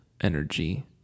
energy